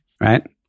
right